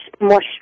more